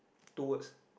two words